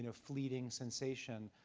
you know fleeting sensation.